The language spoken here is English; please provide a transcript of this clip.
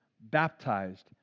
baptized